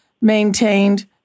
maintained